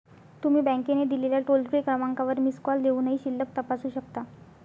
तुम्ही बँकेने दिलेल्या टोल फ्री क्रमांकावर मिस कॉल देऊनही शिल्लक तपासू शकता